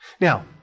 Now